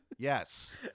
Yes